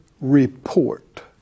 report